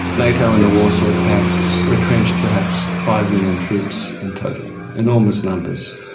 nato and the warsaw pact retrenched perhaps five million troops in total, enormous numbers.